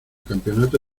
campeonato